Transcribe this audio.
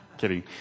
kidding